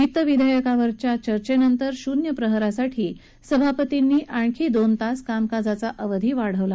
वित्त विधेयकावरच्या चर्चेनंतर शून्य प्रहरासाठी सभापतींनी आणखी दोन तास कामकाजाचा अवधी वाढवला